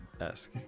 esque